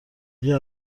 اگه